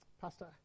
Pastor